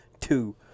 two